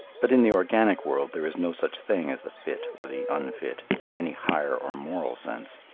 but in the organic world there is no such thing as the fit or the unfit, in any higher or moral sense.